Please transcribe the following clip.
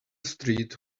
street